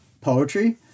poetry